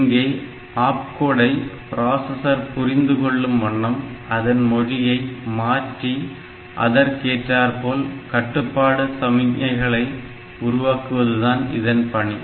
இங்கே ஆப்கோடை பிராசஸர் புரிந்து கொள்ளும் வண்ணம் அதன் மொழியை மாற்றி அதற்கேற்றார்போல் கட்டுப்பாடு சமிக்கைகளை உருவாக்குவதுதான் இதன் பணி